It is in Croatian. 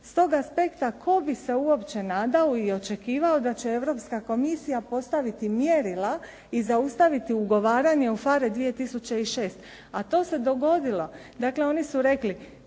S tog aspekta tko bi se uopće nadao i očekivao da će Europska komisija postaviti mjerila i zaustaviti ugovaranje u PHARE 2006, a to se dogodilo. Oni su rekli